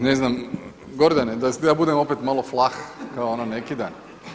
Ne znam Gordane da ja budem opet malo flah kao ono neki dan.